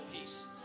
peace